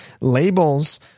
Labels